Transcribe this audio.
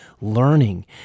learning